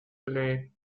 plain